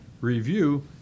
review